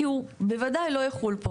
כי הוא בוודאי לא יחול פה.